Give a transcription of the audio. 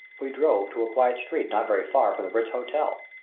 we drove to a quiet street not very far from the ritz hotel.